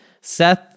Seth